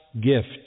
gift